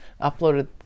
uploaded